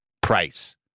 price